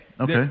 Okay